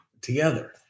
together